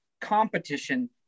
competition